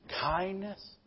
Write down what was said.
Kindness